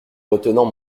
retenant